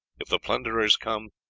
if the plunderers come,